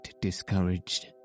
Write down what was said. discouraged